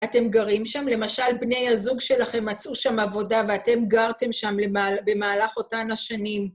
אתם גרים שם, למשל בני הזוג שלכם מצאו שם עבודה ואתם גרתם שם במהלך אותן השנים.